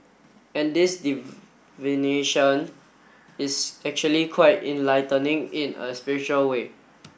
and this divination is actually quite enlightening in a spiritual way